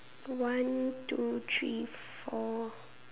one two three four